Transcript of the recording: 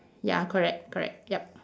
ya correct correct yup